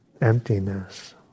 emptiness